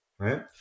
Right